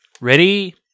Ready